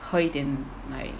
喝一点 like